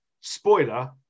Spoiler